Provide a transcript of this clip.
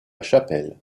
chapelle